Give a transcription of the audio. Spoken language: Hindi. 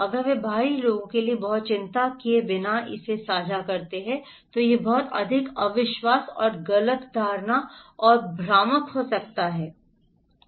अगर वे बाहरी लोगों के लिए बहुत चिंता किए बिना इसे साझा करते हैं तो यह बहुत अधिक अविश्वास और गलत धारणा और भ्रामक हो सकता है ठीक है